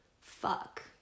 fuck